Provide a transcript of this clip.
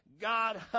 God